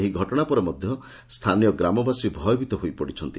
ଏହି ଘଟଣା ପରେ ମଧ୍ଧ ସ୍ରାନୀୟ ଗ୍ରାମବାସୀ ଭୟଭିତ ହୋଇପଡ଼ିଛନ୍ତି